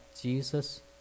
Jesus